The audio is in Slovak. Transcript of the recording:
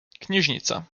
knižnica